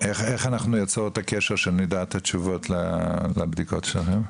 איך אנחנו ניצור את הקשר כדי שנדע את התשובות לבדיקות שלכם?